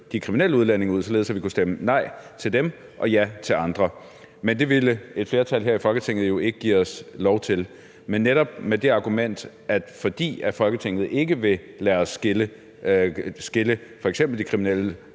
de kriminelle udlændinge ud, således at vi kunne stemme nej til dem og ja til andre. Men det ville et flertal her i Folketinget jo ikke give os lov til. Men netop fordi Folketinget ikke vil lade os skille f.eks. de kriminelle